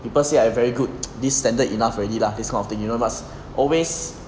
people say I very good this standard enough already lah this kind of thing you know must always